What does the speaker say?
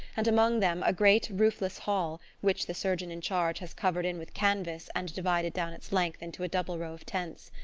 and among them a great roofless hall, which the surgeon in charge has covered in with canvas and divided down its length into a double row of tents.